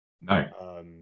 No